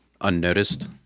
unnoticed